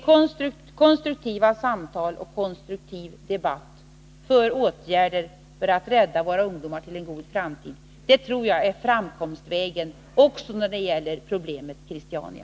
Konstruktiva samtal och konstruktiv debatt för åtgärder som syftar till att rädda våra ungdomar till en god framtid tror jag är framkomstvägen när det gäller problemet Christiania.